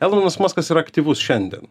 elonas muskas yra aktyvus šiandien